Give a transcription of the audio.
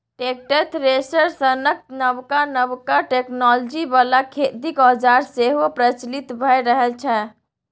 tractor, thresher सनक नबका नबका टेक्नोलॉजी बला खेतीक औजार सेहो प्रचलित भए रहल छै